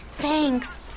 Thanks